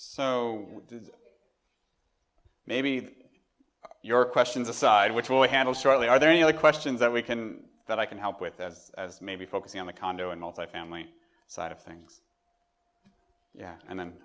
did maybe your questions aside which will handle shortly are there any other questions that we can that i can help with as as maybe focusing on the condo and multifamily side of things and then